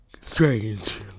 Strange